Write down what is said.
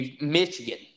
Michigan